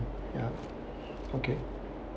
ya okay